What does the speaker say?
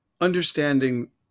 understanding